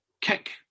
kick